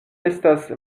estas